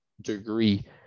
degree